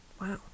wow